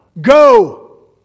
go